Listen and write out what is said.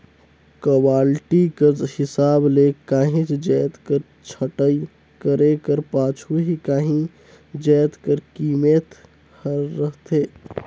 quality कर हिसाब ले काहींच जाएत कर छंटई करे कर पाछू ही काहीं जाएत कर कीमेत हर रहथे